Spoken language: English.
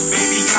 Baby